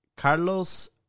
Carlos